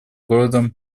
городом